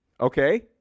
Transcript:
Okay